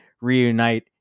reunite